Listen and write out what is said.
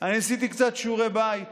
עשיתי קצת שיעורי בית